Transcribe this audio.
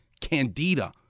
Candida